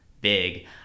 big